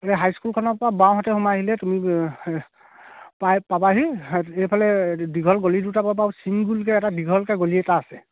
সেই হাইস্কুলখনৰ পৰা বাওঁহাতে সোমাই আহিলে তুমি পাই পাবাহি এইফালে দীঘল গলি দুটা পাবা চিংগুলকৈ এটা দীঘলকৈ গলি এটা আছে